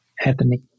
ethnic